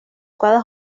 cada